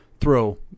throw